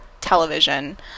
television